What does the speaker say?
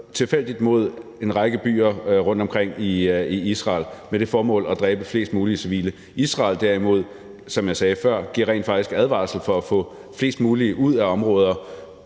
tilfældigt mod en række byer rundtomkring i Israel med det formål at dræbe flest mulige civile. Israel giver derimod, som jeg sagde før, rent faktisk advarsler for at få flest mulige ud af områder,